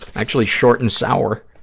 actually, short and sour.